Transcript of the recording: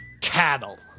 cattle